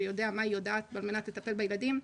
שיודע מה היא יודעת על מנת לטפל בילדים.